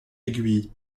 aiguille